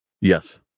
Yes